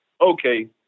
Okay